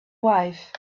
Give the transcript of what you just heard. wife